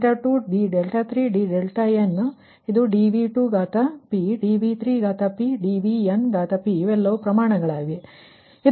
ಆದ್ದರಿಂದ ಇದು d2 d3 dnಮತ್ತು ಇದು dV2dV3dVn ಇವೆಲ್ಲವೂ ಪ್ರಮಾಣಗಳಾಗಿವೆ